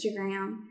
Instagram